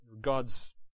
God's